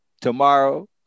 tomorrow